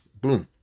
Boom